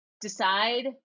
decide